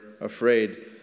afraid